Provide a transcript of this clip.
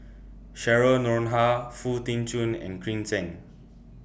Cheryl Noronha Foo Tee Jun and Green Zeng